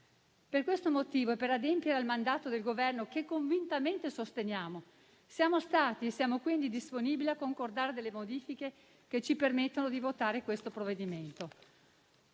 Per questo motivo e per adempiere al mandato del Governo, che convintamente sosteniamo, siamo stati e siamo quindi disponibili a concordare delle modifiche che ci permettano di votare questo provvedimento.